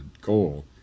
goal